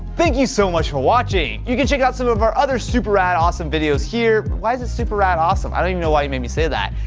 thank you so much for watching. you can check out some of our other super rad awesome videos here. why is it super rad awesome? i don't even know why he made me say that.